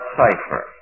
cipher